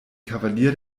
kavalier